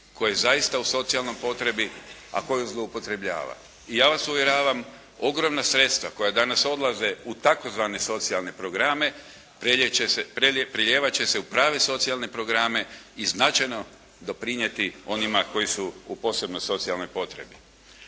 tko je zaista u socijalnoj potrebi a tko ju zloupotrebljava. I ja vas uvjeravam, ogromna sredstva koja danas odlaze u tzv. socijalne programe prelijevat će se u prave socijalne programe i značajno doprinijeti onima koji su u posebno socijalnoj potrebi.